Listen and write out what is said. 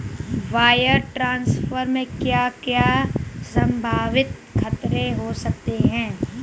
Wire transfer में क्या क्या संभावित खतरे हो सकते हैं?